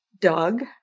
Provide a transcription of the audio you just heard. Doug